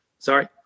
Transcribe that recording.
Sorry